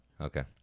okay